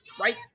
Right